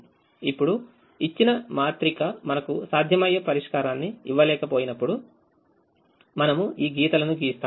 ఇప్పుడు ఇచ్చిన మాత్రిక మనకు సాధ్యమయ్యే పరిష్కారాన్ని ఇవ్వలేక పోయినప్పుడు మనము ఈ గీతలను గీస్తాము